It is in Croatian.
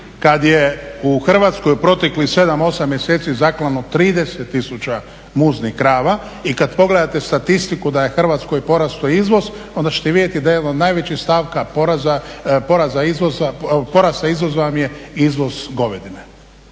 kada je u Hrvatskoj proteklih 7, 8 mjeseci zaklano 30 tisuća muznih krava i kada pogledate statistiku da je Hrvatskoj porastao izvoz onda ćete vidjeti da jedna od najvećih stavka porasta izvoza vam je izvoz govedine